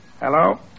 Hello